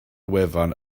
wefan